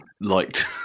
liked